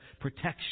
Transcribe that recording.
protection